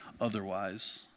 otherwise